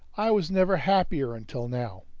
i was never happier until now!